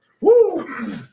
Woo